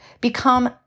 Become